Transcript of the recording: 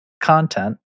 content